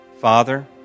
Father